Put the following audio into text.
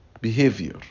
behavior